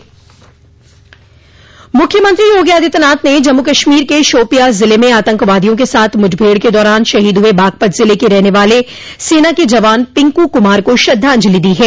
मूख्यमंत्री योगी आदित्यनाथ ने जम्मू कश्मीर क शोपियां जिले में आतंकवादियों के साथ मुठभेड़ के दौरान शहीद हुए बागपत जिले के रहने वाले सेना के जवान पिकू कुमार को श्रद्धांजलि दी है